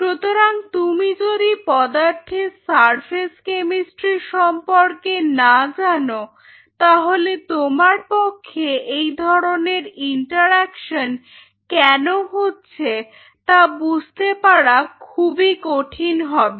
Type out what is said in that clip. সুতরাং তুমি যদি পদার্থের সারফেস কেমিস্ট্রি সম্পর্কে না জানো তাহলে তোমার পক্ষে এই ধরনের ইন্টারঅ্যাকশন কেন হচ্ছে তা বুঝতে পারা খুবই কঠিন হবে